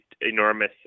enormous